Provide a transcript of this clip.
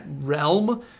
realm